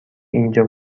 اینجا